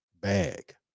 bag